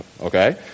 Okay